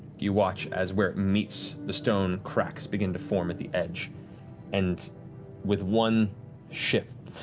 you watch as where it meets the stone, cracks begin to form at the edge and with one shift